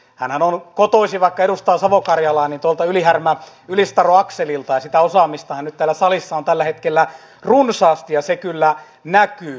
hänhän on kotoisin vaikka edustaa savo karjalaa tuolta ylihärmäylistaroakselilta ja sitä osaamistahan täällä salissa on tällä hetkellä runsaasti ja se kyllä näkyy